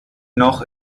noch